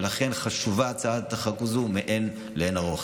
ולכן הצעת החוק הזו חשובה לאין ערוך.